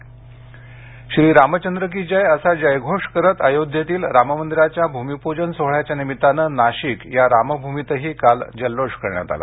राममंदिर महाराष्ट्र श्रीरामचंद्र की जयअसा जयघोष करीत अयोध्येतील राममंदिराच्या भूमिपूजन सोहळ्याच्या निमित्ताने नाशिक या रामभूमीतही काल जल्लोष करण्यात आला